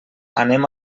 anem